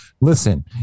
Listen